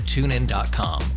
TuneIn.com